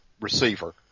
receiver